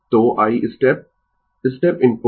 तो I step step input